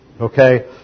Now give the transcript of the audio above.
Okay